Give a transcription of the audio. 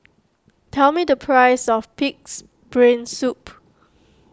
tell me the price of Pig's Brain Soup